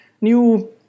new